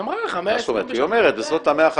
היא אמרה לך, 120 בשנה.